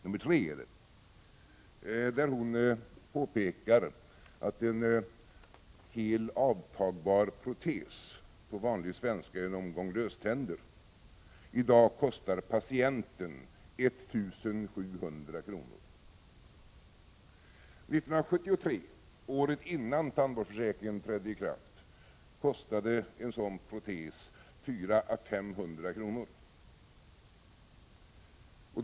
I denna reservation påpekar hon att en hel avtagbar protes, på vanlig svenska en omgång löständer, i dag kostar patienten 1 700 kr. 1973, året innan tandvårdsförsäkringen trädde i kraft, kostade en sådan protes 400 å 500 kr.